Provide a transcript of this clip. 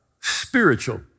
spiritual